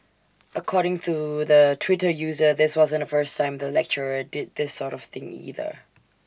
according to the Twitter user this wasn't the first time the lecturer did this sort of thing either